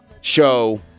show